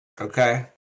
Okay